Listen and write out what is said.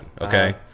okay